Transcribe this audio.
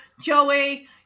joey